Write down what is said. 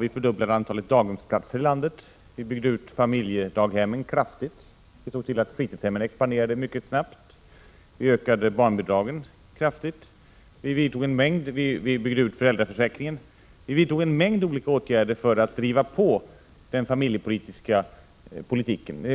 Vi fördubblade antalet daghemsplatser i landet, vi byggde ut familjedaghemmen kraftigt, vi såg till att fritidshemmen expanderade mycket snabbt, vi ökade barnbidragen kraftigt, vi byggde ut föräldraförsäkringen — vi vidtog en mängd olika åtgärder för att utveckla familjepolitiken.